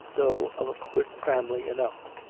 though of good family enough.